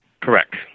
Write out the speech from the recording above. Correct